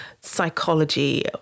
psychology